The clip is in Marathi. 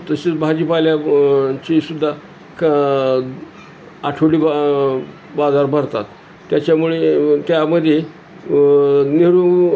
तशीच भाजीपाल्या ची सुद्धा क आठवडी बा बाजार भरतात त्याच्यामुळे त्यामध्ये नेहरू